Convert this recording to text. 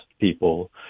people